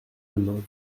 homme